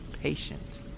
patient